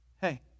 hey